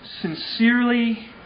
sincerely